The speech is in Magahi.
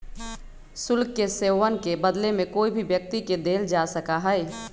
शुल्क के सेववन के बदले में कोई भी व्यक्ति के देल जा सका हई